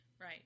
Right